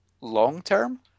long-term